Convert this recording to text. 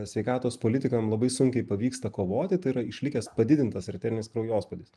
sveikatos politikam labai sunkiai pavyksta kovoti tai yra išlikęs padidintas arterinis kraujospūdis